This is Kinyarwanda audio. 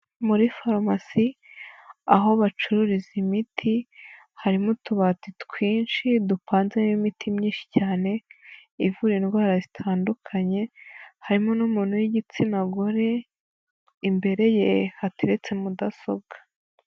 Muri farumasi aho bacururiza imiti, harimo utubati twinshi dupanzemo imiti myinshi cyane ivura indwara zitandukanye, harimo n'umuntu w'igitsina gore, imbere ye hateretse mudasobwa.